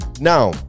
Now